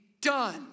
done